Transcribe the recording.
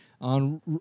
On